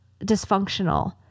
dysfunctional